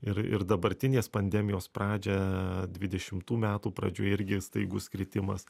ir ir dabartinės pandemijos pradžią dvidešimtų metų pradžioje irgi staigus kritimas